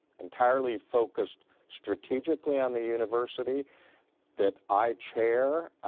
entirely focused strategically on the university that i chair